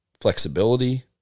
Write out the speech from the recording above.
flexibility